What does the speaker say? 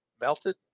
melted